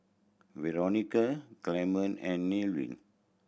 Veronica Clemon and Nevin